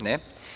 Ne.